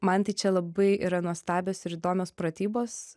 man tai čia labai yra nuostabios ir įdomios pratybos